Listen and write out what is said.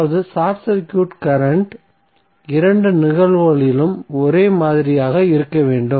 அதாவது short circuit current இரண்டு நிகழ்வுகளிலும் ஒரே மாதிரியாக இருக்க வேண்டும்